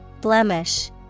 Blemish